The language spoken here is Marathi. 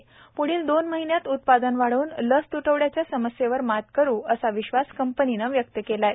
प्ढील दोन महिन्यांत उत्पादन वाढवून लस तूटवड्याच्या समस्येवर मात करू असा विश्वास कंपनीनं व्यक्त केला आहे